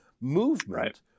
movement